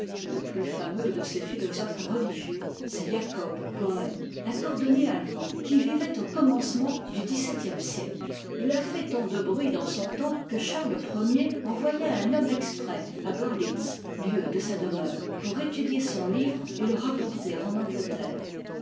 le plus fameux de ces philosophes religieux c'est jacob bœhme un cordonnier allemand qui vivait au commencement du dix-septième siècle il a fait tant de bruit dans son temps que charles i envoya un homme exprès à gorlitz lieu de sa demeure pour étudier son livre et le rapporter en angleterre